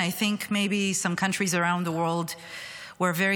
and I think maybe some countries around the world were very